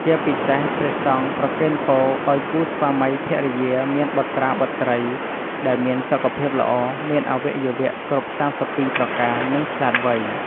ជាពិសេស ព្រះសង្ឃប្រគេនពរឲ្យគូស្វាមីភរិយាមានបុត្រាបុត្រីដែលមានសុខភាពល្អ មានអាវៈយុវៈគ្រប់៣២ប្រការ និងឆ្លាតវៃ។